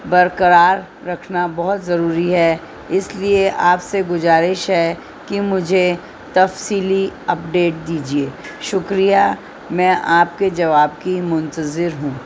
برقرار رکھنا بہت ضروری ہے اس لیے آپ سے گزارش ہے کہ مجھے تفصیلی اپڈیٹ دیجیے شکریہ میں آپ کے جواب کی منتظر ہوں